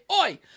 Oi